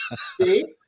see